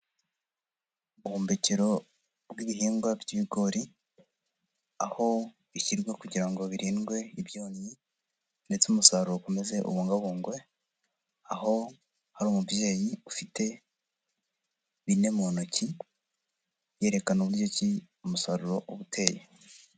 Ubuhumbikero bw'ibihingwa by'ibigori, aho bishyirwa kugira ngo birindwe ibyonnyi ndetse umusaruro ukomeze ubungabungwe. Aho hari umubyeyi ufite bine mu ntoki yerekana uburyo ki umusaruro uba uteye.